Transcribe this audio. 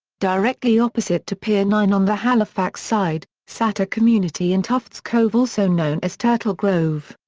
directly opposite to pier nine on the halifax side, sat a community in tuft's cove also known as turtle grove.